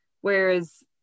whereas